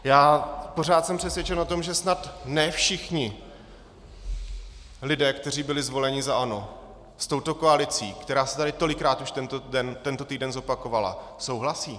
Já pořád jsem přesvědčen o tom, že snad ne všichni lidé, kteří byli zvoleni za ANO, s touto koalicí, která se tady tolikrát už tento týden zopakovala, souhlasí.